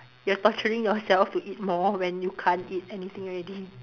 you're torturing yourself to eat more when you can't eat anything already